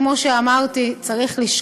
כמו שאמרתי, זו נקודה שצריך לשקול.